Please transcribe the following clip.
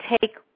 take